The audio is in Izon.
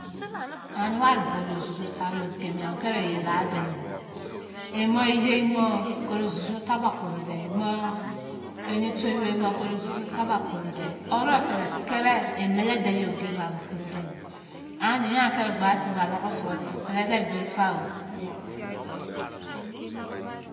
Anẹ ware bulou suzu tarẹ oge mẹ akẹrẹ iyẹ ladẹ imọ iyei mọ ọzu taba koro dẹ imọ ẹnẹ tewei mo koro suzu ta ba koro dẹ, kẹrẹ imẹlẹ den ogẹ ba bọ koro dẹ anẹ ya kẹrẹ gba timi ba la bọ suwẹdẹ pẹlẹ dẹ egberi fao.